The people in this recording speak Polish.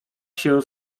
się